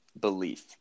belief